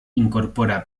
incorpora